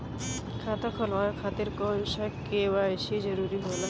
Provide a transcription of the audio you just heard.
खाता खोलवाये खातिर कौन सा के.वाइ.सी जरूरी होला?